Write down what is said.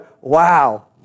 wow